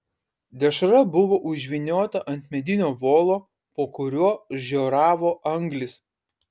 dešra buvo užvyniota ant medinio volo po kuriuo žioravo anglys